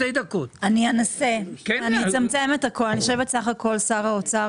שר האוצר,